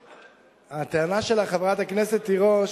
הטענה שלך, חברת הכנסת תירוש,